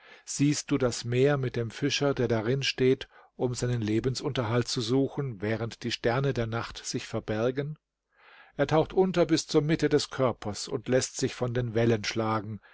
siehst du das meer mit dem fischer der darin steht um seinen lebensunterhalt zu suchen während die sterne der nacht sich verbergen er taucht unter bis zur mitte des körpers und läßt sich von den wellen schlagen